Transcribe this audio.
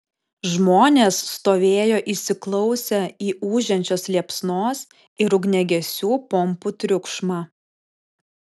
žmonės stovėjo įsiklausę į ūžiančios liepsnos ir ugniagesių pompų triukšmą